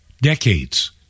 decades